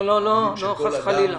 לא, חס וחלילה.